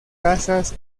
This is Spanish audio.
casas